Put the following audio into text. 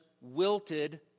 wilted